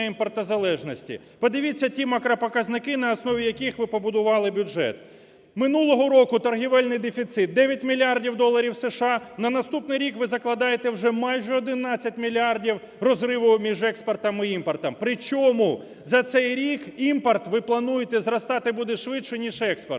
імпортозалежності, подивіться ті макропоказники, на основі яких ви побудували бюджет. Минулого року торгівельний дефіцит – 9 мільярдів доларів США, на наступний рік ви закладаєте вже майже одинадцять мільярдів розриву між експортом і імпортом, причому за цей рік імпорт, ви плануєте, зростати буде швидше, ніж експорт.